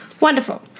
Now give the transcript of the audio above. Wonderful